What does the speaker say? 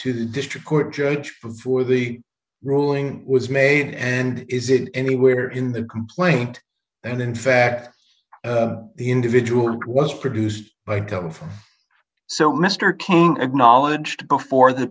to the district court judge before the ruling was made and is it anywhere in the complaint and in fact the individual was produced by don't so mr cain acknowledged before the